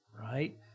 right